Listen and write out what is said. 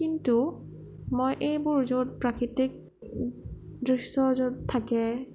কিন্তু মই এইবোৰ য'ত প্ৰাকৃতিক দৃশ্য য'ত থাকে